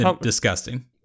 disgusting